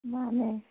ꯃꯥꯅꯦ